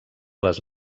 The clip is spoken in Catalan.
les